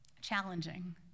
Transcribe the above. challenging